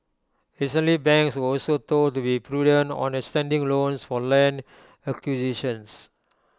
recently banks were also told to be prudent on extending loans for land acquisitions